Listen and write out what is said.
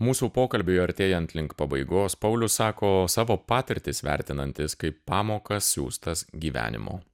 mūsų pokalbiui artėjant link pabaigos paulius sako savo patirtis vertinantis kaip pamokas siųstas gyvenimo